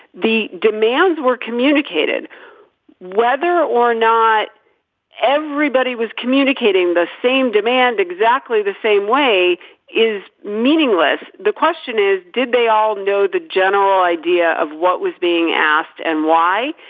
the demands were communicated whether or not everybody was communicating the same demand exactly the same way is meaningless. the question is did they all know the general idea of what was being asked and why.